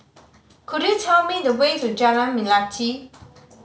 could you tell me the way to Jalan Melati